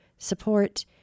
support